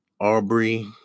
Aubrey